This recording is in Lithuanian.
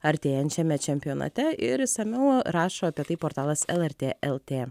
artėjančiame čempionate ir išsamiau rašo apie tai portalas lrt lt